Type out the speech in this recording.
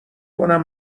کنم